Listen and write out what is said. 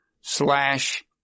slash